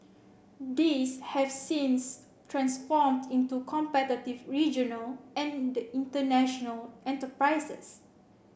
these have since transformed into competitive regional and international enterprises